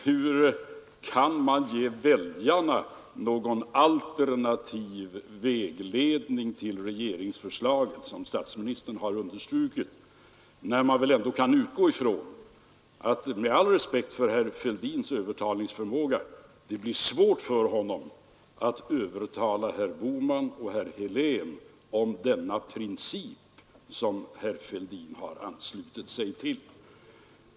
Hur kan man ge väljarna någon alternativ vägledning till regeringsförslaget, som statsministern har understrukit, när man väl ändå kan utgå från att det, med all respekt för herr Fälldins övertalningsförmåga, blir svårt för honom att övertala herr Bohman och herr Helén om denna princip som herr Fälldin har anslutit sig till.